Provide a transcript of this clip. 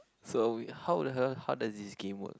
so how would her how does this game work